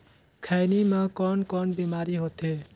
खैनी म कौन कौन बीमारी होथे?